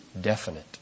definite